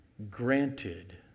Granted